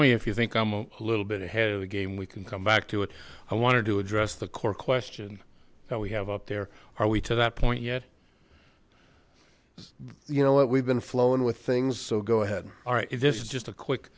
me if you think i'm a little bit ahead of the game we can come back to it i wanted to address the core question that we have up there are we to that point yet you know what we've been flowing with things so go ahead all right this is just a quick